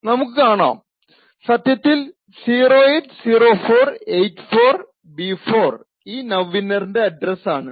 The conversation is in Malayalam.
നമുക്ക് കാണാം സത്യത്തിൽ 080484B4 നൌഇന്നറിന്റെ അഡ്രസ്സ് ആണെന്ന്